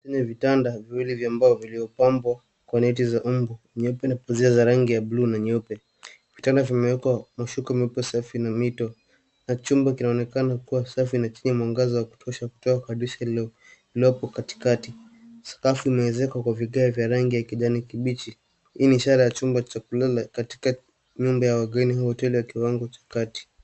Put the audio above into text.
Hivi ni vitanda viwili vya mbao vilivyopambwa kwa neti za mbu nyeupe na pazia za rangi ya buluu na nyeupe. Vitanda vimewekwa na shuka imekuwa safi na mito, na shuka inaonekana kuwa safi na chenye mwangaza wa kutosha kutoka kwa dirisha iliyopo katikati. Sakafu imewezekwa kwa vigae vya rangi ya kijani kibichi. Hii ni ishara ya chumba cha kulala katika nyumba ya wageni au hoteli ya kiwango cha kati.